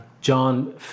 John